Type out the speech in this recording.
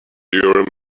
urim